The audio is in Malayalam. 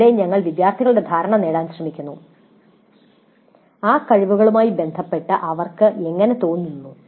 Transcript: ഇവിടെ ഞങ്ങൾ വിദ്യാർത്ഥികളുടെ ധാരണ നേടാൻ ശ്രമിക്കുന്നു ആ കഴിവുകളുമായി ബന്ധപ്പെട്ട് അവർക്ക് എങ്ങനെ തോന്നുന്നു